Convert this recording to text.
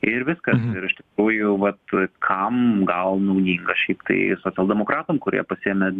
ir viskas iš tikrųjų vat kam gal naudinga šiaip tai socialdemokratam kurie pasiėmė